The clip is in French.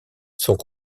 sont